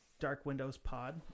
darkwindowspod